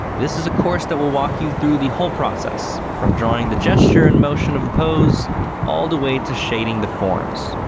this is a course that will walk you through the whole process from drawing the gesture and motion of the pose all the way to shading the forms.